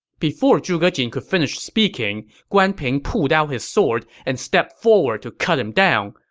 before zhuge jin could finish speaking, guan ping pulled out his sword and stepped forward to cut him down,